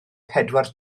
pedwar